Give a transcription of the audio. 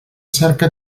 cerca